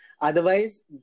Otherwise